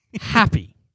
Happy